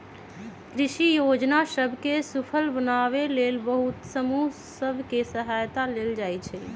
कृषि जोजना सभ के सूफल बनाबे लेल बहुते समूह सभ के सहायता लेल जाइ छइ